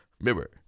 Remember